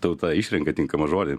tauta išrenka tinkamą žodį